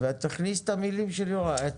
נכניס את המלים שאמר יוראי.